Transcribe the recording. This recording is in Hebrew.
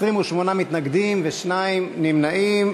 28 מתנגדים ושני נמנעים.